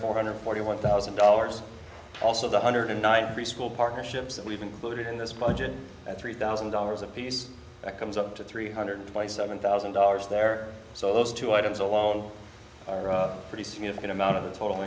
four hundred forty one thousand dollars also the hundred and nine preschool partnerships that we've included in this budget at three thousand dollars a piece that comes up to three hundred twenty seven thousand dollars there so those two items all pretty significant amount of the total